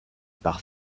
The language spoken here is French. par